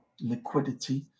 liquidity